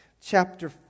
chapter